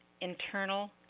internal